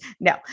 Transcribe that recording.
No